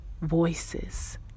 voices